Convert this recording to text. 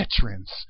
veterans